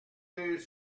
deux